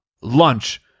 lunch